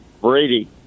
Brady